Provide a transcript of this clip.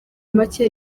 make